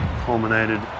culminated